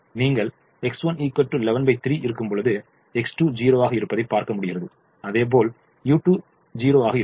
நீங்கள் X1 113 இருக்கும்பொழுது X2 0 ஆக இருப்பதை பார்க்க முடிகிறது அதுபோல் u2 0 ஆக இருக்கிறது